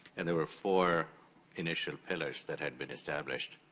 and there were four initial pillars that had been established.